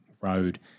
road